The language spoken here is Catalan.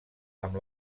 amb